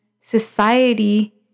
society